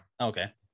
Okay